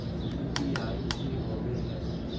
UPI की होवे हय?